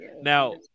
Now